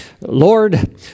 Lord